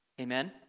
Amen